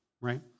right